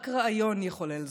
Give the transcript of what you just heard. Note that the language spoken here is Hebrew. רק רעיון יחולל זאת.